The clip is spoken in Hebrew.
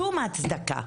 שום הצדקה.